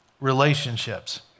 Relationships